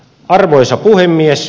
arvoisa puhemies